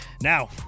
Now